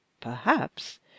Perhaps